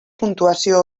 puntuació